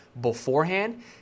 beforehand